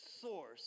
source